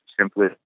simply